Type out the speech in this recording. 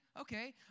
Okay